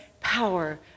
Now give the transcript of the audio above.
power